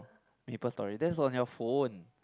Maplestory that's on your phone